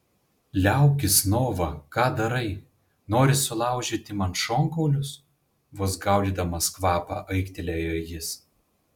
liaukis nova ką darai nori sulaužyti man šonkaulius vos gaudydamas kvapą aiktelėjo jis